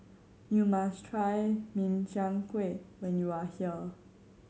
you must try Min Chiang Kueh when you are here